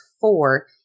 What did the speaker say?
four